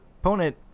opponent